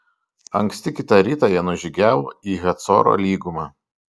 anksti kitą rytą jie nužygiavo į hacoro lygumą